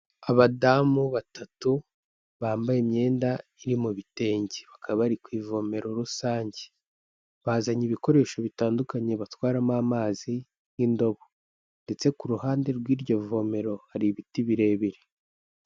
Abadamu batatu bambaye imyenda iri mu bitenge bakaba bari ku ivomero rusange, bazanye ibikoresho bitandukanye batwaramo amazi nk'indobo ndetse ku ruhande rw'iryo vomero hari ibiti birebire.